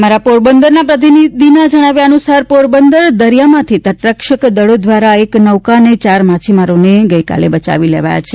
અમારા પોરબંદરના પ્રતિનિધિના જણાવ્યા અનુસાર પોરબંદર દરિયામાંથી તટરક્ષક દળો દ્વારા એક નોકા અને ચાર માછીમારોને બચાવી લેવાયા છે